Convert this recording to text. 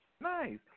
Nice